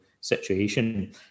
situation